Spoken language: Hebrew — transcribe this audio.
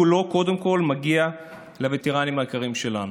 כולו קודם כול מגיע לווטרנים היקרים שלנו.